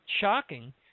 shocking